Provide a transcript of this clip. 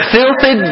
Filthy